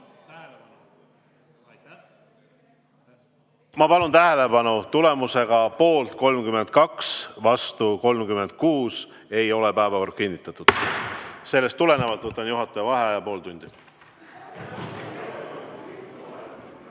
Ma palun tähelepanu! Tulemusega poolt 32, vastu 36 ei ole päevakord kinnitatud. Sellest tulenevalt võtan juhataja vaheaja pool tundi.